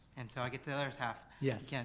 and so i get the other half. yes. yeah